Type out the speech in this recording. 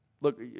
look